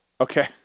Okay